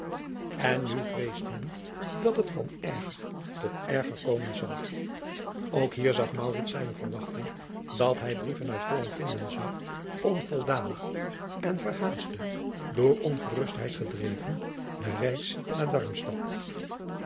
n nu vreest men dat het van erger tot erger komen zal ok hier zag zijne verwachting dat hij brieven uit olland vinden zou onvoldaan en verhaastte door ongerustheid gedreven de reis naar